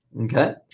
okay